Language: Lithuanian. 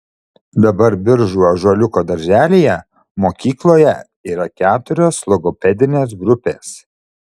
dabar biržų ąžuoliuko darželyje mokykloje yra keturios logopedinės grupės